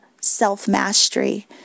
self-mastery